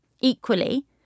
Equally